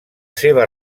seva